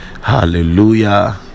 Hallelujah